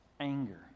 anger